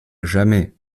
jamais